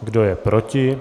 Kdo je proti?